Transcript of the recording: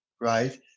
right